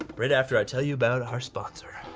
ah right after i tell you about our sponsor.